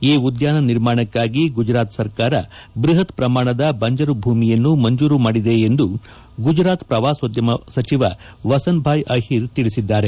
ಈ ಉದ್ಯಾನ ನಿರ್ಮಾಣಕ್ಕಾಗಿ ಗುಜರಾತ್ ಸರ್ಕಾರ ಬ್ಬಹತ್ ಪ್ರಮಾಣದ ಬಂಜರು ಭೂಮಿಯನ್ನು ಮಂಜೂರು ಮಾಡಿದೆ ಎಂದು ಗುಜರಾತ್ ಪ್ರವಾಸೋದ್ಯಮ ಸಚಿವ ವಸನ್ ಭಾಯ್ ಅಹಿರ್ ತಿಳಿಸಿದ್ದಾರೆ